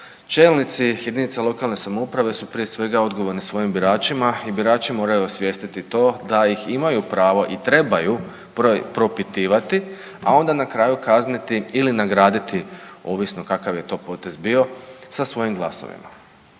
čelnici jedinica lokalne samouprave su prije svega odgovorni svojim biračima i birači moraju osvijestiti to da ih imaju pravo i trebaju propitivati, a onda na kraju kazniti ili nagraditi ovisno kakav je to potez bio sa svojim glasovima.